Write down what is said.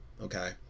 Okay